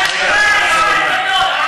שקרן אחד גדול.